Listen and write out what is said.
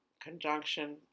conjunction